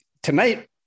Tonight